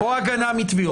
או הגנה מתביעות.